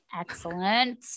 Excellent